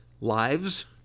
lives